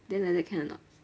then like that can or not